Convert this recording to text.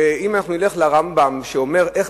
שאם אנחנו נלך לרמב"ם, שאומר איך